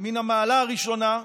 מן המעלה הראשונה,